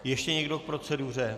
Ještě někdo k proceduře?